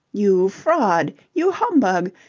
you fraud! you humbug!